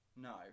No